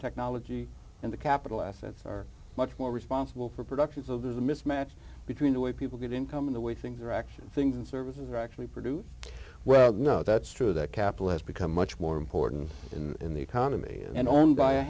technology and the capital assets are much more responsible for productions of the mismatch between the way people get income in the way things are actually things and services are actually produced well no that's true that capital has become much more important in the economy and owned by a